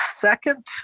Second